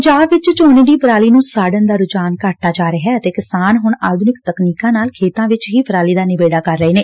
ਪੰਜਾਬ ਵਿਚ ਝੋਨੇ ਦੀ ਪਰਾਲੀ ਨੂੰ ਸਾਝਣ ਦਾ ਰੁਝਾਨ ਘਟਦਾ ਜਾ ਰਿਹੈ ਅਤੇ ਕਿਸਾਨ ਹੁਣ ਆਧੁਨਿਕ ਤਕਨੀਕਾਂ ਨਾਲ ਖੇਤਾਂ ਵਿਚ ਹੀ ਪਰਾਲੀ ਦਾ ਨਿਬੇੜਾ ਕਰ ਰਹੇ ਨੇ